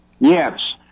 Yes